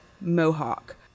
mohawk